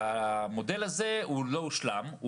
המודל הזה לא הושלם.